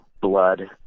blood